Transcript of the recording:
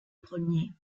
premier